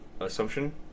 assumption